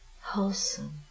wholesome